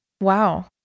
Wow